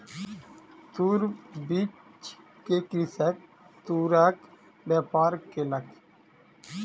तूर बीछ के कृषक तूरक व्यापार केलक